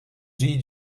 říct